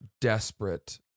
desperate